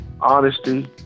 honesty